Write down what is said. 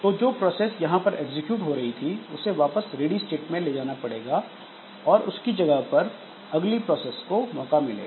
तो जो प्रोसेस यहां पर एग्जीक्यूट हो रही थी उसे वापस रेडि स्टेट में ले जाना पड़ेगा और उसकी जगह पर अगली प्रोसेस को मौका मिलेगा